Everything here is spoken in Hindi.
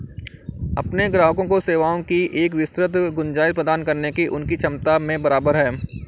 अपने ग्राहकों को सेवाओं की एक विस्तृत गुंजाइश प्रदान करने की उनकी क्षमता में बराबर है